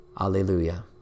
Alleluia